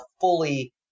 fully